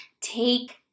take